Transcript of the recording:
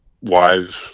wives